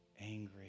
angry